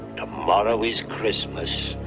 tomorrow is christmas,